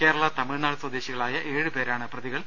കേരള തമിഴ്നാട് സ്വദേശികളായ ഏഴ് പേരാണ് പ്രതികൾ